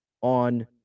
on